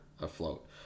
afloat